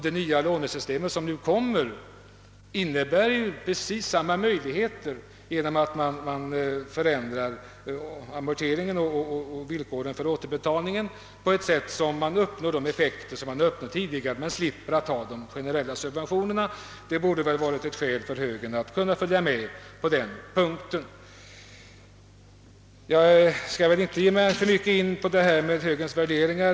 Det nya lånesystem som kommer att tillämpas innebär ju precis samma möjligheter genom att man förändrar amor teringen och" villkoren för återbetalningen, så att de effekter som tidigare uppnåtts kan uppnås även i fortsättningen. Man slipper emellertid de generella subventionerna, och det borde ha varit ett skäl för högern att följa med på den punkten. Jag skall inte alltför mycket ge mig in på högerns värderingar.